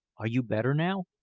are you better now?